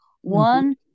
one